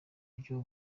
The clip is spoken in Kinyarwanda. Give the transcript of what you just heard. buryo